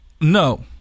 no